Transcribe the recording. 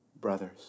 brothers